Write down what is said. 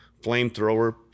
flamethrower